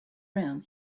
room